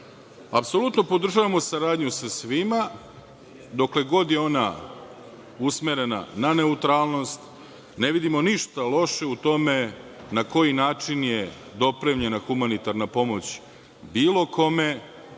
priči. Apsolutno podržavamo saradnju sa svima, dokle god je ona usmerena na neutralnost. Ne vidimo ništa loše u tome na koji način je dopremljena humanitarna pomoć bilo kome,